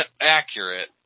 Accurate